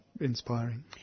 inspiring